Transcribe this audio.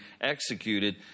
executed